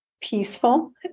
peaceful